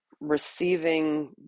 receiving